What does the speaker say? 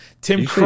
Tim